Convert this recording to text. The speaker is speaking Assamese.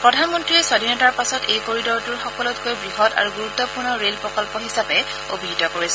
প্ৰধানমন্নীয়ে স্বাধীনতাৰ পাছত এই কৰিডৰটোত সকলোতকৈ বৃহৎ আৰু গুৰুত্বপূৰ্ণ ৰেল প্ৰকল্প হিচাপে অভিহিত কৰিছে